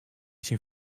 syn